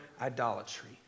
idolatry